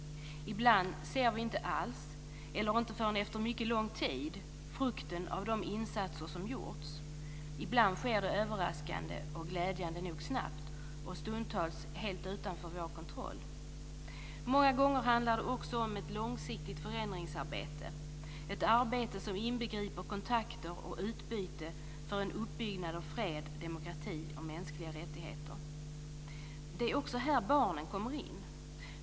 Ibland ser vi inte alls eller inte förrän efter mycket lång tid frukten av de insatser som gjorts. Ibland sker det överraskande och glädjande nog snabbt och stundtals helt utanför vår kontroll. Många gånger handlar det också om ett långsiktigt förändringsarbete, ett arbete som inbegriper kontakter och utbyte för en uppbyggnad av fred, demokrati och mänskliga rättigheter. Det är också här barnen kommer in.